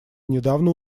недавно